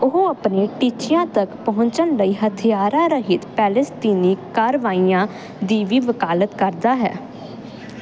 ਉਹ ਆਪਣੇ ਟੀਚਿਆਂ ਤੱਕ ਪਹੁੰਚਣ ਲਈ ਹਥਿਆਰ ਰਹਿਤ ਪੇਲਸਤੀਨੀ ਕਾਰਵਾਈਆਂ ਦੀ ਵੀ ਵਕਾਲਤ ਕਰਦਾ ਹੈ